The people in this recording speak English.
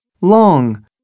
Long